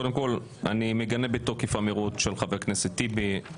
קודם כול, אני מגנה אמירות של חבר הכנסת טיבי.